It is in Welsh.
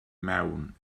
mewn